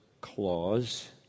clause